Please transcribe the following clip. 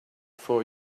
for